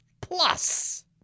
plus